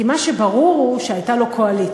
כי מה שברור הוא שהייתה לו קואליציה.